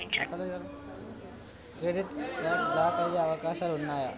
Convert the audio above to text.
Credit card block అయ్యే అవకాశాలు ఉన్నయా?